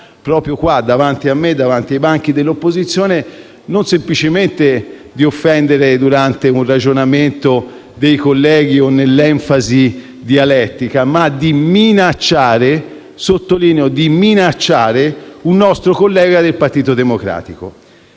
proprio qui davanti a me, ai banchi dell'opposizione, non semplicemente di offendere dei colleghi durante un ragionamento o nell'enfasi dialettica, ma di minacciare - lo sottolineo: minacciare - un nostro collega del Partito Democratico.